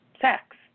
sex